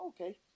okay